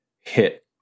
hit